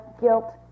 guilt